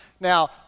Now